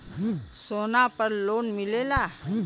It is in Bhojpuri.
सोना पर लोन मिलेला?